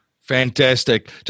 Fantastic